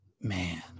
Man